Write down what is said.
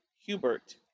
Hubert